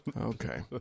okay